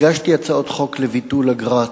הגישו הצעות חוק לביטול אגרת